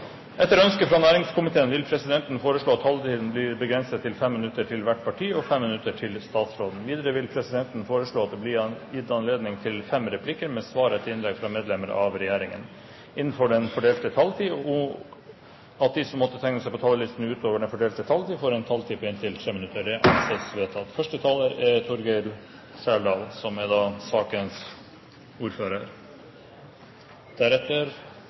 Etter ønske fra næringskomiteen vil presidenten foreslå at taletiden blir begrenset til 5 minutter til hvert parti og 5 minutter til statsråden. Videre vil presidenten foreslå at det blir gitt anledning til fem replikker med svar etter innlegg fra medlemmer av regjeringen innenfor den fordelte taletid, og at de som måtte tegne seg på talerlisten utover den fordelte taletid, får en taletid på inntil 3 minutter. – Det anses vedtatt.